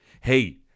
Hey